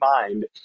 mind